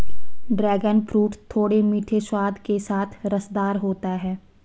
dragon fruit थोड़े मीठे स्वाद के साथ रसदार होता है